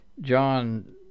John